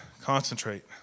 concentrate